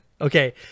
Okay